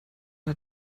hat